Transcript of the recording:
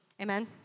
Amen